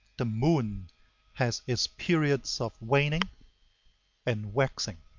the moon has its periods of waning and waxing.